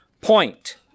point